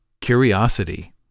curiosity